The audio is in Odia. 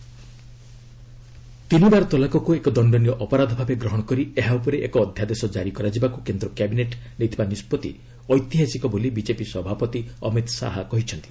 ବିଜେପି ଟ୍ରିପ୍ଲ୍ ତଲାକ୍ ତିନି ବାର ତଲାକ୍କୁ ଏକ ଦଶ୍ତନୀୟ ଅପରାଧ ଭାବେ ଗ୍ରହଣ କରି ଏହା ଉପରେ ଏକ ଅଧ୍ୟାଦେଶ କାରି କରାଯିବାକୁ କେନ୍ଦ୍ର କ୍ୟାବିନେଟ୍ ନେଇଥିବା ନିଷ୍କଭି ଐତିହାସିକ ବୋଲି ବିକେପି ସଭାପତି ଅମିତ୍ ଶାହା କହିଛନ୍ତି